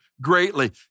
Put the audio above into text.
greatly